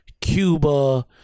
Cuba